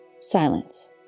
Silence